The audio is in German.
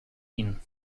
ihn